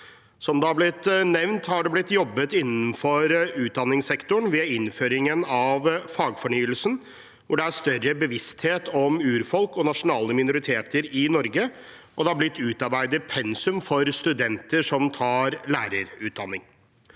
Som det har blitt nevnt, har det blitt jobbet innenfor utdanningssektoren ved innføringen av fagfornyelsen, hvor det er større bevissthet om urfolk og nasjonale minoriteter i Norge, og det har blitt utarbeidet pensum for studenter som tar lærerutdanning.